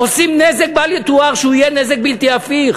עושים נזק בל-יתואר, שיהיה נזק בלתי הפיך.